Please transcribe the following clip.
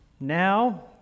Now